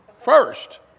first